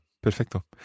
perfecto